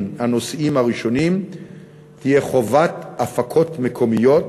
הנושאיים הראשונים תהיה חובת הפקות מקומיות